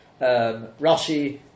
Rashi